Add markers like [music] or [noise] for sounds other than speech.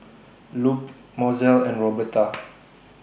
Lupe Mozell and Roberta [noise]